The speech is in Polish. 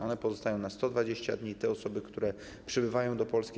One pozostają na 120 dni dla tych osób, które przybywają do Polski.